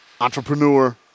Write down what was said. entrepreneur